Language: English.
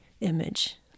image